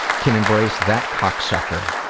can embrace that cocksucker,